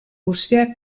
rússia